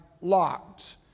locked